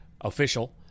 official—